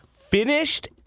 finished